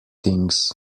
things